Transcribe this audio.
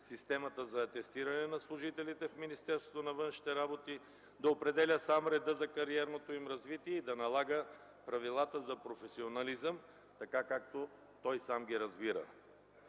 системата за атестиране на служителите в Министерството на външните работи, да определя сам реда за кариерното им развитие и да налага правилата за професионализъм, така както той сам ги разбира.